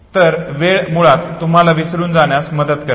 तर वेळ मुळात तुम्हाला विसरून जाण्यात मदत करते